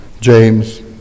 James